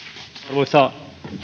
arvoisa